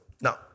Now